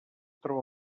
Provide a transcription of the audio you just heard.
troba